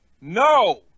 No